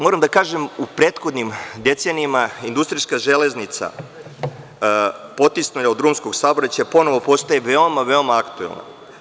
Moram da kažem, u prethodnim decenijama industrijska železnica, potisnuta od drumskog saobraćaja, ponovo postaje veoma, veoma aktuelna.